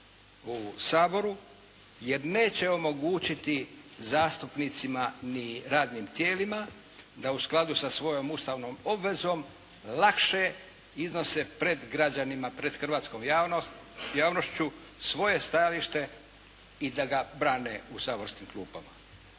u Saboru jer neće omogućiti zastupnicima ni radnim tijelima da u skladu sa svojom ustavnom obvezom lakše iznose pred građanima, pred hrvatskom javnošću svoje stajalište i da ga brane u saborskim klupama.